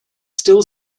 still